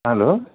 hello